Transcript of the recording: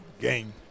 game